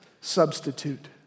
substitute